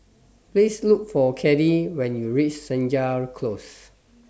Please Look For Caddie when YOU REACH Senja Close